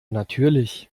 natürlich